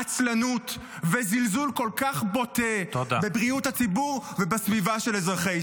עצלנות וזלזול כל כך בוטה בבריאות הציבור ובסביבה של אזרחי ישראל.